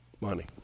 Money